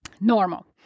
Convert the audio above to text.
normal